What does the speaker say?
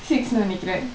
six நினைக்கிறேன்:ninakiren